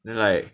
like